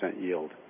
yield